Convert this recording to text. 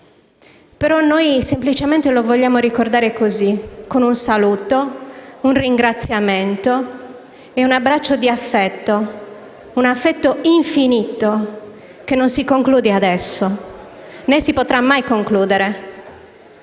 così, semplicemente, con un saluto, un ringraziamento e un abbraccio di affetto. Un affetto infinito che non si conclude adesso, né si potrà mai concludere.